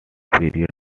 periods